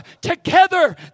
together